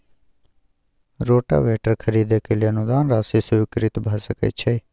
Rotavator खरीदे के लिए अनुदान राशि स्वीकृत भ सकय छैय?